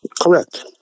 Correct